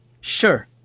Sure